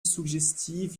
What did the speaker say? suggestiv